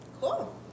Cool